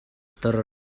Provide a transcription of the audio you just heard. ter